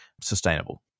sustainable